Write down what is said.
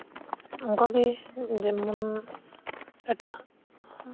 ᱚᱱᱠᱟᱜᱮ ᱡᱮᱢᱚᱱ ᱮᱴᱟᱜ